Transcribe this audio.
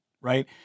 right